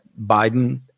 Biden